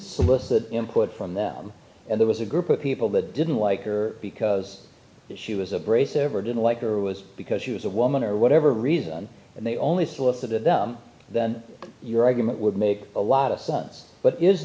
solicit input from them and there was a group of people that didn't like her because she was abrasive or didn't like her was because she was a woman or whatever reason and they only solicited them then your argument would make a lot of sons but is